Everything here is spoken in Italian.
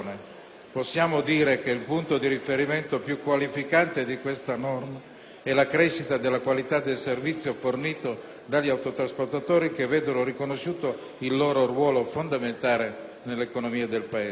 Possiamo dire che il punto di riferimento più qualificante di questa norma è la crescita della qualità del servizio fornito dagli autotrasportatori, che vedono riconosciuto il loro ruolo fondamentale nell'economia del Paese.